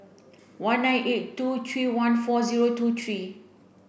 one nine eight two three one four zero two three